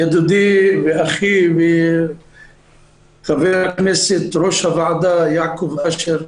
ידידי ואחי, חבר הכנסת יושב-ראש הוועדה, יעקב אשר,